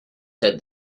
said